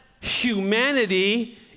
humanity